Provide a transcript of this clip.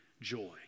joy